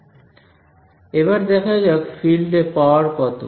এবার দেখা যাক ফিল্ড এ পাওয়ার কত